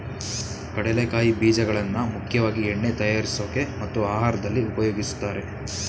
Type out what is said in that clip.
ಕಡಲೆಕಾಯಿ ಬೀಜಗಳನ್ನಾ ಮುಖ್ಯವಾಗಿ ಎಣ್ಣೆ ತಯಾರ್ಸೋಕೆ ಮತ್ತು ಆಹಾರ್ದಲ್ಲಿ ಉಪಯೋಗಿಸ್ತಾರೆ